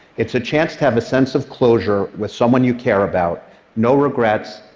it's a chance to have a sense of closure with someone you care about no regrets,